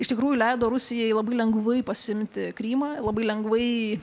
iš tikrųjų leido rusijai labai lengvai pasiimti krymą labai lengvai